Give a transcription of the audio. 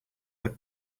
like